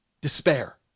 despair